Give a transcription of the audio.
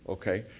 okay,